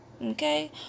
Okay